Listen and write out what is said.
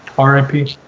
RIP